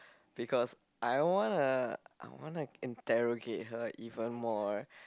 because I wanna I wanna interrogate her even more